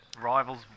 rivals